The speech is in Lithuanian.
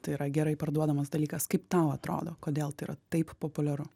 tai yra gerai parduodamas dalykas kaip tau atrodo kodėl tai yra taip populiaru